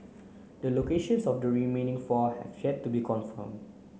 the locations of the remaining four have yet to be confirmed